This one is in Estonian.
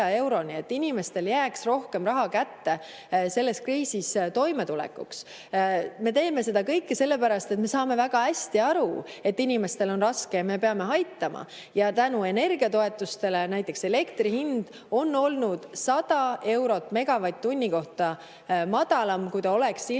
et inimestele jääks rohkem raha kätte selles kriisis toimetulekuks. Me teeme seda kõike sellepärast, et me saame väga hästi aru, et inimestel on raske ja me peame aitama. Näiteks tänu energiatoetustele on elektri hind olnud 100 eurot megavatt-tunni kohta madalam, kui ta oleks ilma